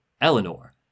Eleanor